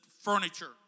furniture